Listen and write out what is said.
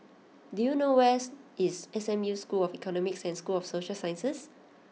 Do you know where is S M U School of Economics and School of Social Sciences